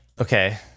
okay